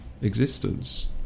existence